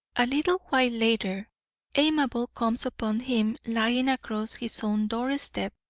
a little while later amabel comes upon him lying across his own doorstep.